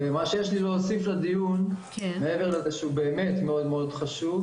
מה שיש לי להוסיף לדיון מעבר לזה שהוא באמת מאוד חשוב,